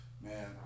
Man